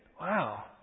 Wow